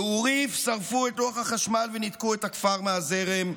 בעוריף שרפו את לוח החשמל וניתקו את הכפר מהזרם,